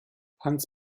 hans